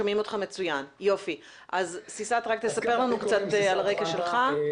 רק תספר לנו קצת על הרקע שלך.